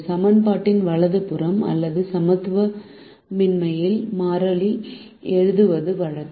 சமன்பாட்டின் வலது புறம் அல்லது சமத்துவமின்மையில் மாறிலி எழுதுவது வழக்கம்